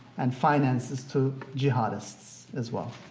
and finances to jihadists as well.